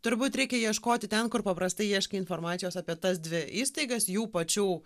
turbūt reikia ieškoti ten kur paprastai ieškai informacijos apie tas dvi įstaigas jų pačių